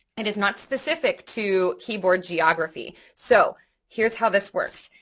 it is not specific to keyboard geography, so here's how this works.